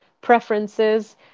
preferences